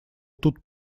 тут